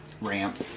ramp